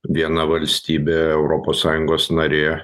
viena valstybė europos sąjungos narė